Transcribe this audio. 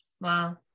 Wow